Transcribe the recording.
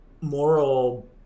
moral